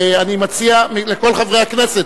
ואני מציע לכל חברי הכנסת,